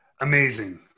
Amazing